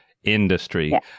industry